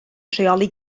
rheoli